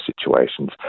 situations